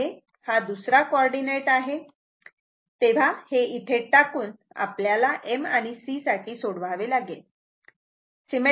हा दुसरा कॉर्डीनेट आहे तेव्हा हे इथे टाकून आपल्याला m आणि c साठी सोडवावे लागेल